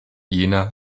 jena